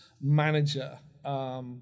manager –